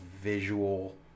visual